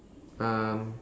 um